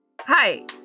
Hi